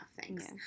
Thanks